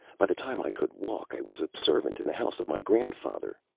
by the time i could walk, i was a servant in the house of my grandfather.